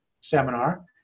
seminar